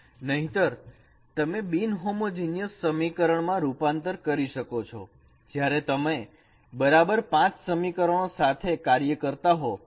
નહીંતર તમે બિન હોમોજીનીયસ સમીકરણમાં પણ રૂપાંતર કરી શકો છો જ્યારે તમે બરાબર પાંચ સમીકરણો સાથે કાર્ય કરતા હોવ